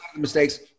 mistakes